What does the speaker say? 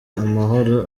amahoro